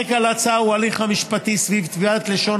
הרקע להצעה הוא ההליך המשפטי סביב תביעת לשון